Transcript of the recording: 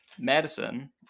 madison